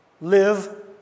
live